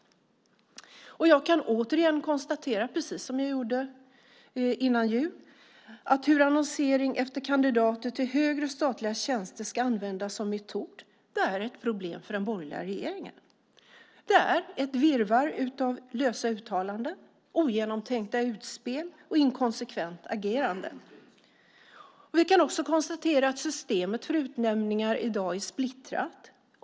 Jag kan återigen konstatera, precis som jag gjorde före jul, att hur annonsering efter kandidater till högre statliga tjänster ska användas som metod är ett problem för den borgerliga regeringen. Det är ett virrvarr av lösa uttalanden, ogenomtänkta utspel och inkonsekvent agerande. Vi kan också konstatera att systemet för utnämningar i dag är splittrat.